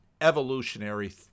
evolutionary